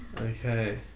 Okay